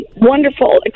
wonderful